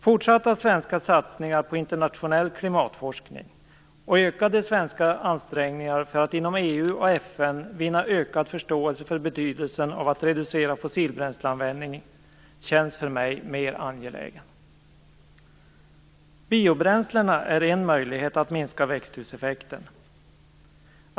Fortsatta svenska satsningar på internationell klimatforskning och ökade svenska ansträngningar för att inom EU och FN vinna ökad förståelse för betydelsen av att reducera fossilbränsleanvändningen känns för mig mera angelägna. Biobränslen är en möjlighet att minska växthuseffekten.